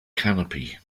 canopy